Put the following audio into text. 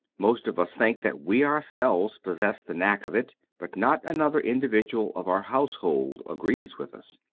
most of us think that we ourselves possess the knack of it, but not another individual of our household agrees with us.